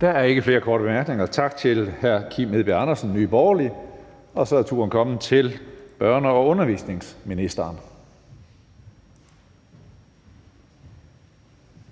Der er ikke flere korte bemærkninger. Tak til hr. Kim Edberg Andersen, Nye Borgerlige. Så er turen kommet til børne- og undervisningsministeren.